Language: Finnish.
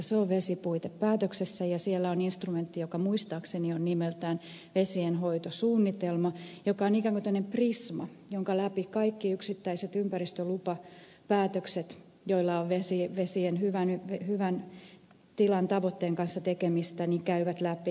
se on vesipuitepäätöksessä ja siellä on instrumentti joka muistaakseni on nimeltään vesienhoitosuunnitelma joka on ikään kuin tämmöinen prisma jonka käyvät läpi kaikki yksittäiset ympäristölupapäätökset joilla on vesien hyvän tilan tavoitteen kanssa tekemistä